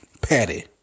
Patty